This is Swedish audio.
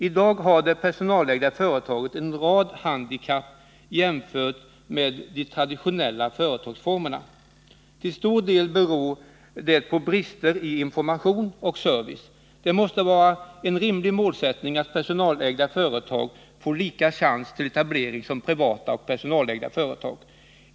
I dag har det personalägda företaget en rad handikapp jämfört med de traditionella företagsformerna. Till stor del beror det på brister i information och service. Det måste vara en rimlig målsättning att personalägda företag får lika chans till etablering som privata och samhällsägda företag.